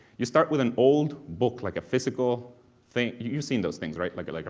you start with an old book, like a physical thing, you've seen those things right? like like a.